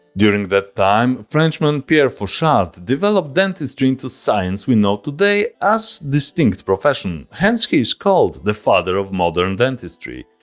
during that time frenchman pierre fauchard developed dentistry into science we know today as a distinct profession hence he is called the father of modern dentistry.